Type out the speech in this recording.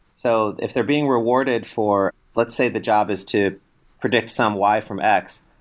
so if they're being rewarded for let's say the job is to predict some y from x,